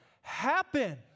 happen